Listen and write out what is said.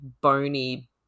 bony